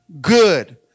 good